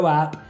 app